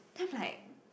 then I'm like